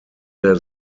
der